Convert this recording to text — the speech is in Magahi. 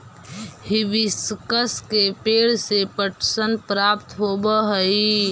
हिबिस्कस के पेंड़ से पटसन प्राप्त होव हई